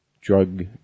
drug